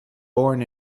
born